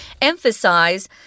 emphasize